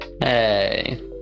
Hey